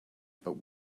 but